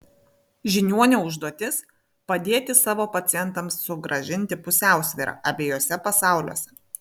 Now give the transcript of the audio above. žiniuonio užduotis padėti savo pacientams sugrąžinti pusiausvyrą abiejuose pasauliuose